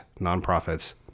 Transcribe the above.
nonprofits